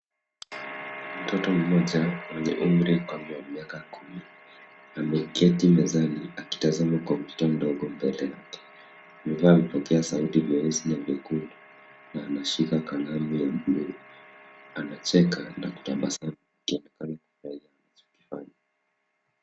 Mtoto mmoja mwenye umri kama miaka kumi, ameketi mezani akitazama komputa ndogo mbele yake. Amevaa vipokea sauti vyeusi na vyekundu, na anashika kalamu ya bluu. Anacheka na kutabasamu akionekana kufurahia na anachokifanya.